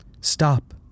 Stop